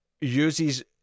uses